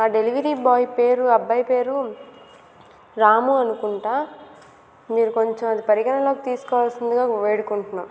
ఆ delivery boy పేరు ఆ అబ్బాయి పేరు రాము అనుకుంటా మీరు కొంచెం అది పరిగణలోకి తీసుకోవాల్సిందిగా వేడుకుంటున్నాను